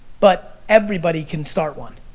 but everybody can start one.